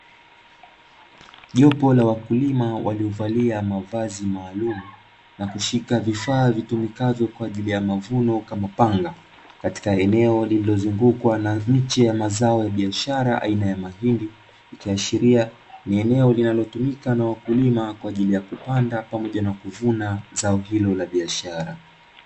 Jopo la wakulima waliovalia mavazi maalumu na kushika vifaa maalumu vitumikavyo kama panga huku wakizungukwa na miche ya mazao ya biashara aina ya mahindi, ikiashiria ni eneo linalotumika na wakulima kwajili ya viwanda na kwajili ya kuvuna zao hilo la biashara.